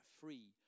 free